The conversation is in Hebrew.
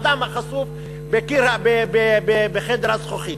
האדם החשוף בחדר הזכוכית.